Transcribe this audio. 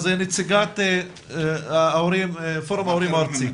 נציגת פורום ההורים הארצי.